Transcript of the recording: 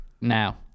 now